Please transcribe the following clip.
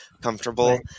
comfortable